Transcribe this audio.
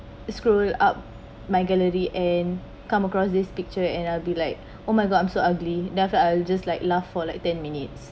scroll up my gallery and come across this picture and I'll be like oh my god I'm so ugly then after I'll just like laugh for like ten minutes